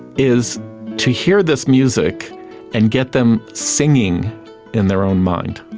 is to hear this music and get them singing in their own mind,